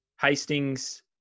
Hastings